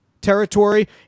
territory